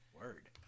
Word